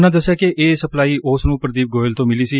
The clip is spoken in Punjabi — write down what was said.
ਉਸ ਨੇ ਦਸਿਆ ਕਿ ਇਹ ਸਪਲਾਈ ਉਸ ਨੂੰ ਪ੍ਰਦੀਪ ਗੋਇਲ ਤੋਂ ਮਿਲੀ ਸੀ